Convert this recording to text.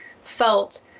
felt